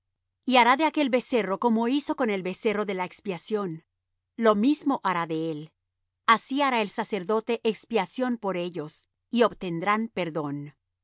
y hará de aquel becerro como hizo con el becerro de la expiación lo mismo hará de él así hará el sacerdote expiación por ellos y obtendrán perdón